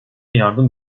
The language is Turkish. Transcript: yardım